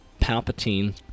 Palpatine